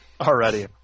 already